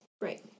right